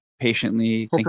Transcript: patiently